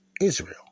Israel